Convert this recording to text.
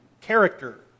character